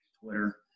Twitter